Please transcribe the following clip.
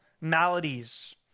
maladies